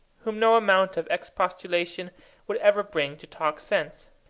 whom no amount of expostulation would ever bring to talk sense,